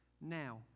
now